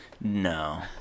No